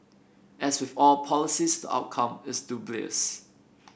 as with all policies the outcome is dubious